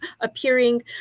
appearing